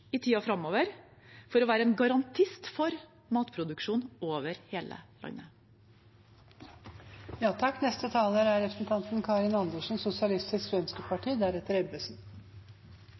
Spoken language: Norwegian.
i tiden framover for å være en garantist for matproduksjon over hele landet. Jeg vil starte med å slå fast at det er